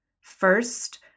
First